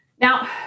Now